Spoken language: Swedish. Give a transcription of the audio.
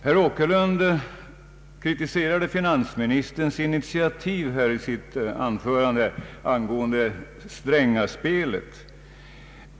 Herr Åkerlund kritiserade i sitt anförande finansministerns initiativ angående det s.k. Strängaspelet.